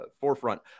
forefront